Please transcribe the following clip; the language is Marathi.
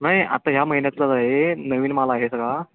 नाही आता ह्या महिन्यातलाच आहे नवीन माल आहे सगळा